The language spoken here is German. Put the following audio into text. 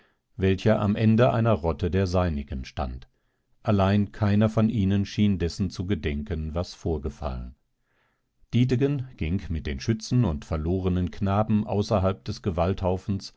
welcher am ende einer rotte der seinigen stand allein keiner von ihnen schien dessen zu gedenken was vorgefallen dietegen ging mit den schützen und verlorenen knaben außerhalb des